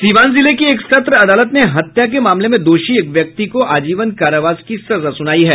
सीवान जिले की एक सत्र अदालत ने हत्या के मामले में दोषी एक व्यक्ति को आजीवन कारावास की सजा सुनाई है